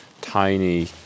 tiny